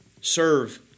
serve